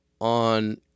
on